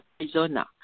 Arizona